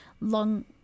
long